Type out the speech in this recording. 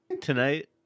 tonight